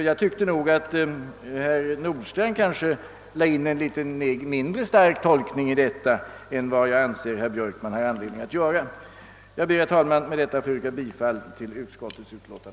Jag tyckte att herr Nordstrandh lade in en något mindre stark innebörd i detta än herr Björkman gjorde och har anledning att göra. Jag ber med detta, herr talman, att få yrka bifall till utskottets hemställan.